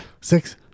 six